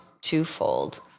twofold